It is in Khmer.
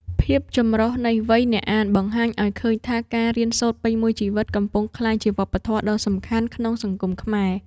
ភាពចម្រុះនៃវ័យអ្នកអាន បង្ហាញឱ្យឃើញថាការរៀនសូត្រពេញមួយជីវិត កំពុងក្លាយជាវប្បធម៌ដ៏សំខាន់ក្នុងសង្គមខ្មែរ។